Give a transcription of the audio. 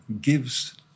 gives